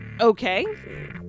Okay